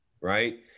Right